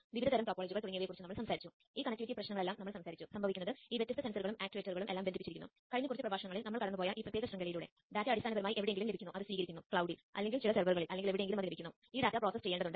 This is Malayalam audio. സിഗ്ബീ കണക്റ്റിവിറ്റി ഭാഷ ഉപയോഗിച്ച് 2 Xbee മൊഡ്യൂളുകൾ തമ്മിലുള്ള അടിസ്ഥാന ആശയവിനിമയം അവതരിപ്പിക്കാൻ പോകുന്നു